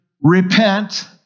repent